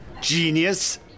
Genius